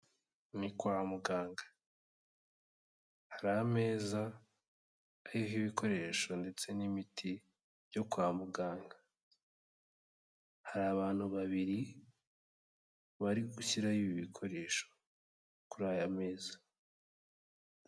Ni kwa muganga, hari ameza ariho ibikoresho ndetse n'imiti byo kwa muganga, hari abantu babiri bari gushyiraho ibi bikoresho kuri aya meza.